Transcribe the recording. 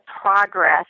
progress